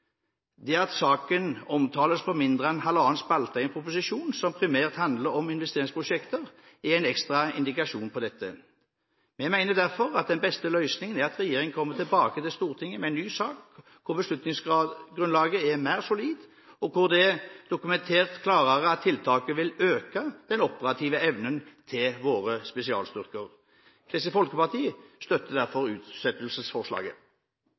Det at saken omtales i mindre enn halvannen spalte i en proposisjon som primært handler om nye investeringsprosjekter, er en ekstra indikasjon på dette. Vi mener derfor at den beste løsningen er at regjeringen kommer tilbake til Stortinget med en ny sak, hvor beslutningsgrunnlaget er mer solid, og hvor det er dokumentert klarere at tiltakene vil øke den operative evnen til våre spesialstyrker. Kristelig Folkeparti støtter